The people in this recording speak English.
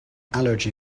allergy